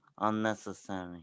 unnecessary